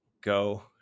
go